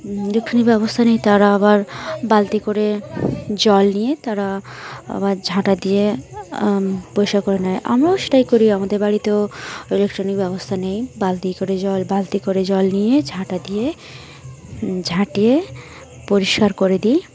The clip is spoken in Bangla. ইলেকট্রনিক ব্যবস্থা নেই তারা আবার বালতি করে জল নিয়ে তারা আবার ঝাঁটা দিয়ে পরিষ্কার করে নেয় আমরাও সেই করি আমাদের বাড়িতেও ইলেকট্রনিক ব্যবস্থা নেই বালতি করে জল বালতি করে জল নিয়ে ঝাঁটা দিয়ে ঝাঁটিয়ে পরিষ্কার করে দিই